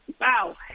wow